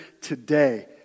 today